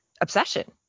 obsession